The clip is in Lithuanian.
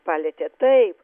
palietė taip